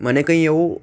મને કંઇ એવો